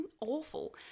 awful